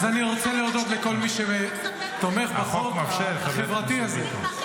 אז אני רוצה להודות לכל מי שתומך בחוק החברתי הזה.